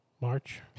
March